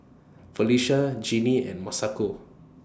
Felisha Jeanie and Masako